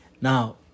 Now